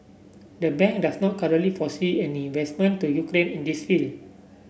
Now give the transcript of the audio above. the bank does not currently foresee any investment to Ukraine in this field